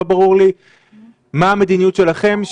לא ברור לי מה המדיניות שלכם,